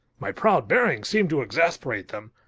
my proud bearing seemed to exasperate them,